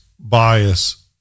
bias